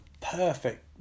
perfect